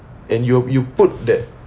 and you you put that